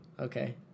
Okay